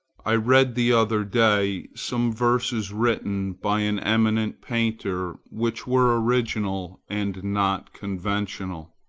i read the other day some verses written by an eminent painter which were original and not conventional.